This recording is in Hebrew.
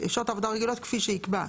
שעות עבודה רגילות כפי שיקבע.